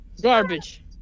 Garbage